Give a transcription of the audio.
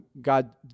God